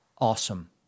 Awesome